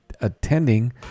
attending